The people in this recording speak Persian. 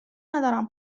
ندارم